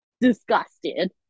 disgusted